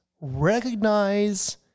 recognize